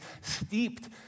steeped